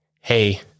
Hey